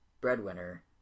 breadwinner